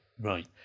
Right